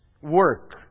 work